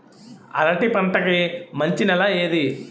అరటి పంట కి మంచి నెల ఏది?